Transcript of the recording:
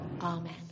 Amen